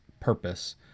purpose